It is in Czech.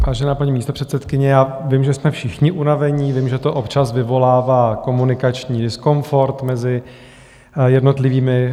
Vážená paní místopředsedkyně, já vím, že jsme všichni unavení, vím, že to občas vyvolává komunikační diskomfort mezi jednotlivými.